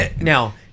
Now